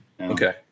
Okay